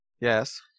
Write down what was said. Yes